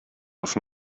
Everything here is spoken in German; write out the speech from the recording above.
auf